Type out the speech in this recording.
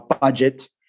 budget